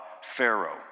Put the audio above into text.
Pharaoh